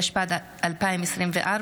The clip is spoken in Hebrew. התשפ"ד 2024,